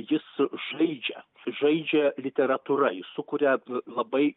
jis žaidžia žaidžia literatūra jis sukuria labai